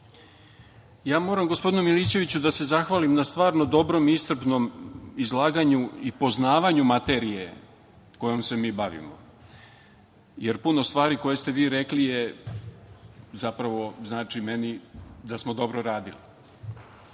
smo. Moram gospodinu Milićeviću da se zahvalim na stvarno dobrom i iscrpnom izlaganju i poznavanju materije kojom se mi bavimo, jer puno stvari koje ste vi rekli zapravo znači mi da smo mi dobro radili. Što